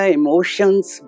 emotions